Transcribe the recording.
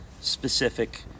specific